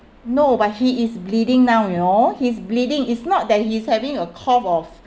no but he is bleeding now you know he's bleeding it's not that he's having a cough or